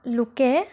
লোকে